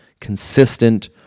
Consistent